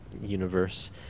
universe